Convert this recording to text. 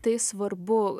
tai svarbu